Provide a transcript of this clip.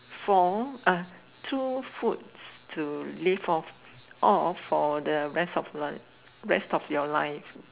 four two foods to live off or for the rest of your life